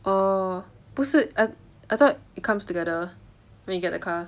orh 不是 I I thought it comes together when you get the car